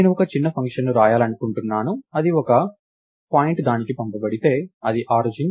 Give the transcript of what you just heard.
నేను ఒక చిన్న ఫంక్షన్ని వ్రాయాలనుకుంటున్నాను అది ఒక పాయింట్ దానికి పంపబడితే అది ఆరిజిన్